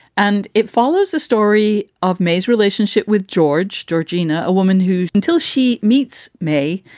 and it follows the story of may's relationship with george georgina, a woman who, until she meets may,